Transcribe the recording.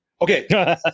okay